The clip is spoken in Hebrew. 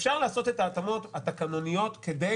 אפשר לעשות את ההתאמות התקנוניות כדי